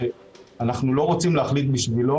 אנחנו לא רוצים להחליט בשבילו.